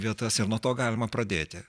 vietas ir nuo to galima pradėti